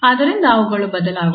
ಆದ್ದರಿಂದ ಅವುಗಳು ಬದಲಾಗೋಲ್ಲ